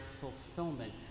fulfillment